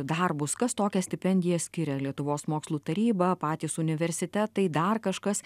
darbus kas tokią stipendiją skiria lietuvos mokslų taryba patys universitetai dar kažkas